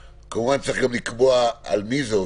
וכמובן צריך לקבוע על מי זה עובד,